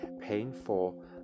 painful